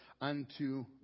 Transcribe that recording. unto